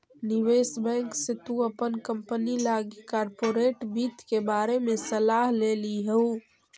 निवेश बैंक से तु अपन कंपनी लागी कॉर्पोरेट वित्त के बारे में सलाह ले लियहू